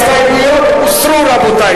ההסתייגויות של חבר הכנסת נחמן שי,